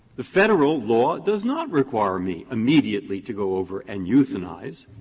the federal law does not require me immediately to go over and euthanize